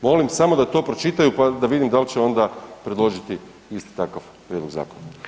Molim samo da to pročitaju pa da vidim da li će onda predložiti isti takav prijedlog zakona.